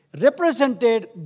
represented